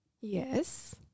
Yes